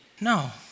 No